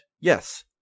yes